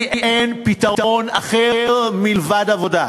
כי אין פתרון אחר מלבד עבודה,